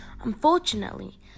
Unfortunately